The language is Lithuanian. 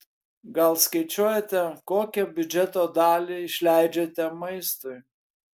gal skaičiuojate kokią biudžeto dalį išleidžiate maistui